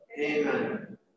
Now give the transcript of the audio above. Amen